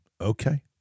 Okay